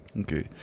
Okay